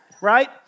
right